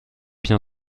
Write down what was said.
bien